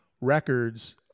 records